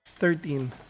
Thirteen